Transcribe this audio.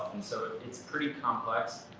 and so it's pretty complex,